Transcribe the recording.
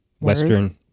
western